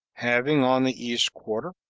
having, on the east quarter,